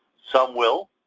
some will,